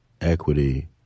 Equity